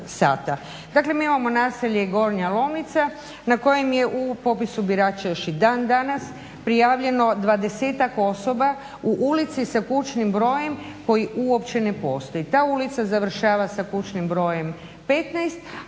Dakle, mi imamo naselje Gornja Lomnica na kojem je u popisu birača još i dan danas prijavljeno 20-tak osoba u ulici sa kućnim brojem koji uopće ne postoji. Ta ulica završava sa kućnim brojem 15,